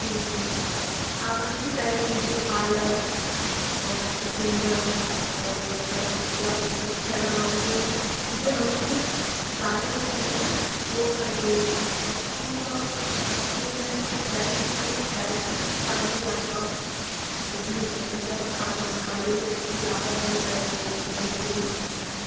जी जी आप अच्छी डैट लीजिए पालक और चुकन्दर और अपन क्या बोलते हैं चना मूँग ये जो अंकुरित दालें होती है ना वो खाइए आप तो थोड़ा आपके उस में डैट में अच्छ डैट के कारण भी आपका वो भी हो सकता है कि आप खा खाने में कुछ लापरवाही कर रहे हों इस वजह से भी हो सकता है